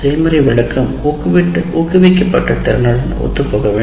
செய்முறை விளக்கம் ஊக்குவிக்கப்பட்ட திறனுடன் ஒத்துப்போக வேண்டும்